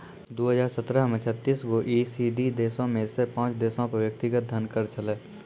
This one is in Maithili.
दु हजार सत्रह मे छत्तीस गो ई.सी.डी देशो मे से पांच देशो पे व्यक्तिगत धन कर छलै